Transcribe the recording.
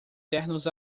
ternos